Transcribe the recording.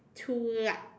two light